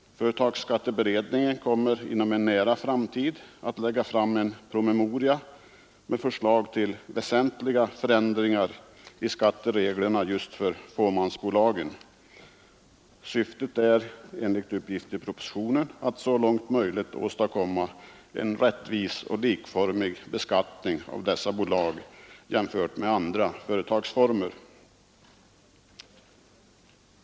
Företagsskatteberedningen kommer inom en nära framtid att lägga fram en promemoria med förslag till väsentliga förändringar i skattereglerna just för fåmansbolagen. Syftet är enligt uppgift i propositionen att så långt möjligt åstadkomma en rättvis och likformig beskattning av dessa bolag jämfört med andra företagsformer.